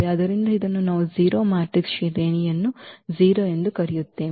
ಆದ್ದರಿಂದ ಇದನ್ನು ನಾವು 0 ಮ್ಯಾಟ್ರಿಕ್ಸ್ ಶ್ರೇಣಿಯನ್ನು 0 ಎಂದು ಕರೆಯುತ್ತೇವೆ